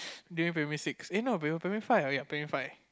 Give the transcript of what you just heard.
during primary six eh no primary primary five oh ya primary five